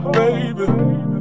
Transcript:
baby